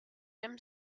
dim